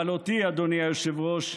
אבל אותי, אדוני היושב-ראש,